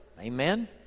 Amen